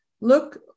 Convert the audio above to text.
Look